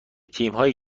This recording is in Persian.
تیمهایی